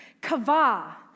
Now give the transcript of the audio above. kava